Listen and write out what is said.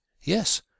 Yes